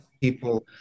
people